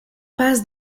passe